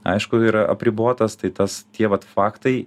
aišku yra apribotas tai tas tie vat faktai